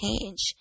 change